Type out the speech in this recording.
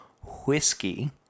Whiskey